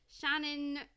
Shannon